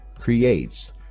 creates